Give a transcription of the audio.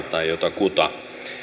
tai jonkun suojelemiseksi